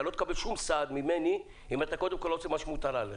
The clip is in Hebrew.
אתה לא תקבל שום סעד ממני אם אתה לא עושה את מה שמוטל עליך.